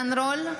עידן רול,